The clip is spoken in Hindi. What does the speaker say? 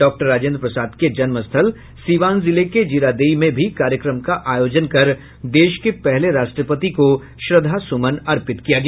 डॉक्टर राजेन्द्र प्रसाद के जन्मस्थल सीवान जिले के जीरादेई में भी कार्यक्रम का आयोजन कर देश के पहले राष्ट्रपति को श्रद्धा सुमन अर्पित किया गया